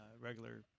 regular